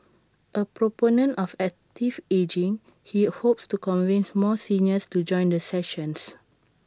A proponent of active ageing he hopes to convince more seniors to join the sessions